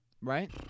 Right